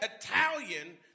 Italian